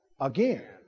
again